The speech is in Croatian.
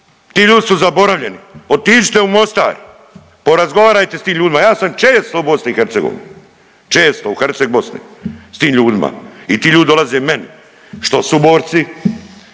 Ti ljudi su zaboravljeni. Otiđite u Mostar, porazgovarajte s tim ljudima, ja sam često u BiH, često u Herceg Bosni s tim ljudima i ti ljudi dolaze meni što suborci,